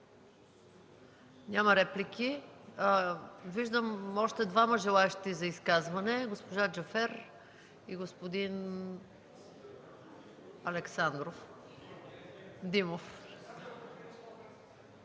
Няма реплики. Виждам още двама желаещи за изказване – госпожа Джафер и господин Димов.